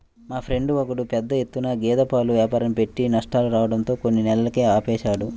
మా ఫ్రెండు ఒకడు పెద్ద ఎత్తున గేదె పాల వ్యాపారాన్ని పెట్టి నష్టాలు రావడంతో కొన్ని నెలలకే ఆపేశాడు